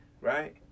Right